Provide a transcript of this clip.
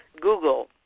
Google